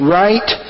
right